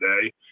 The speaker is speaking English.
today